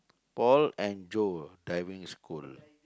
paul and Joe Diving School